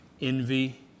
envy